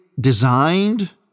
designed